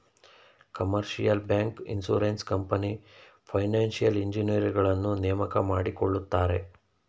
commercial bank, insurance company, financial ಇಂಜಿನಿಯರುಗಳನ್ನು ನೇಮಕ ಮಾಡಿಕೊಳ್ಳುತ್ತಾರೆ